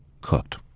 cooked